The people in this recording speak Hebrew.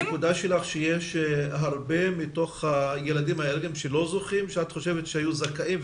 --- את אומרת שיש הרבה ילדים אלרגיים שלא זוכים למרות שהם זכאים?